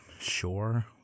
sure